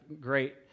great